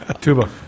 Tuba